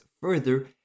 further